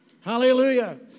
Hallelujah